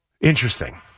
Interesting